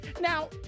Now